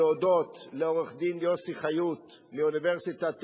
להודות לעורך-הדין יוסי חיות מאוניברסיטת תל-אביב,